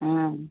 हाँ